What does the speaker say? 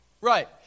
Right